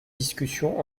discussions